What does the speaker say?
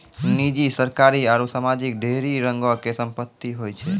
निजी, सरकारी आरु समाजिक ढेरी रंगो के संपत्ति होय छै